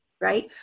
right